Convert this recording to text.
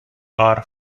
are